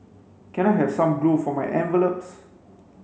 can I have some glue for my envelopes